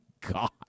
god